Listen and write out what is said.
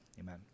amen